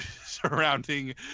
surrounding